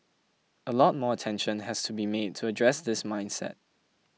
a lot more attention has to be made to address this mindset